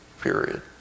period